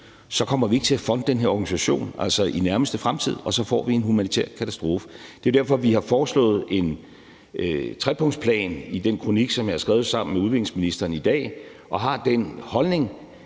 så kommer vi ikke til at funde den her organisation i nærmeste fremtid, og så får vi en humanitær katastrofe. Det er jo derfor, at vi har foreslået en trepunktsplan i den kronik, som jeg har skrevet sammen med udviklingsministeren i dag, og har den holdning,